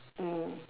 mm